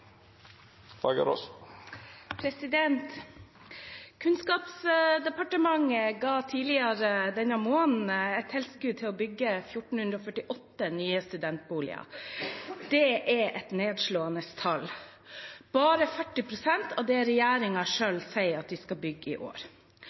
tilskudd til å bygge 1 448 nye studentboliger. Dette er et nedslående tall, bare 40 pst. av det